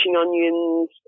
onions